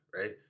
right